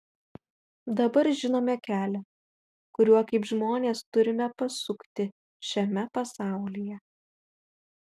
dabar žinome kelią kuriuo kaip žmonės turime pasukti šiame pasaulyje